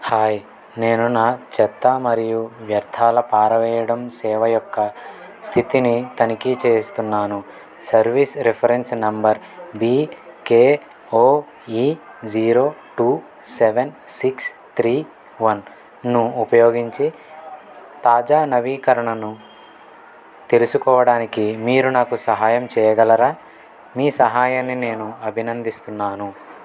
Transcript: hi నేను నా చెత్త మరియు వ్యర్థాల పారవెయ్యడం సేవ యొక్క స్థితిని తనిఖీ చేస్తున్నాను service reference number BKOE zero two seven six three వన్ను ఉపయోగించి తాజా నవీకరణను తెలుసుకోవడానికి మీరు నాకు సహాయం చెయ్యగలరా మీ సహాయాన్ని నేను అభినందిస్తున్నాను